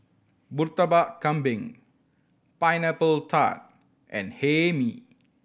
Murtabak Kambing Pineapple Tart and Hae Mee